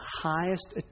highest